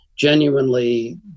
genuinely